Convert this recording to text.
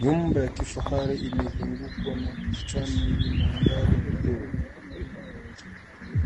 Nyumba ya kifahari imezungukwa na bustani yenye mandhari nzuri,